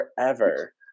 forever